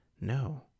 No